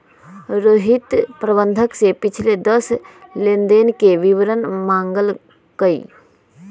रोहित प्रबंधक से पिछले दस लेनदेन के विवरण मांगल कई